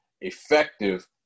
effective